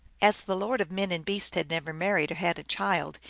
as the lord of men and beasts had never married or had a child,